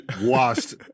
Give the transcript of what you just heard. washed